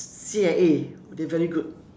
C_I_A they are very good